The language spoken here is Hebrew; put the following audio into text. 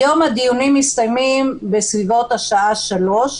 היום הדיונים מסתיימים בסביבות השעה 15:00,